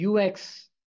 UX